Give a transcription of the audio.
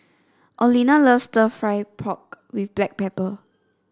Olena loves stir fry pork with Black Pepper